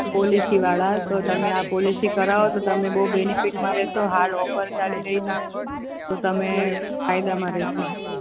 પોલિસીવાળા તો તમે આ પોલિસી કરવો તો તમે બહુ બેનિફિટમાં રહેશો હાલ ઓફર ચાલી રહી છે તો તમે ફાયદામાં રહેશો